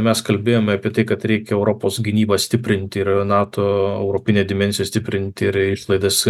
mes kalbėjome apie tai kad reikia europos gynybą stiprinti ir nato europinę dimensiją stiprinti ir išlaidas